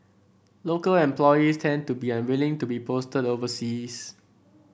local employees tend to be unwilling to be posted overseas